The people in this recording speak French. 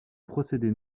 procédé